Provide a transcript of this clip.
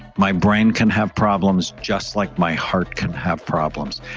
my brain can have problems just like my heart can have problems.